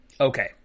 Okay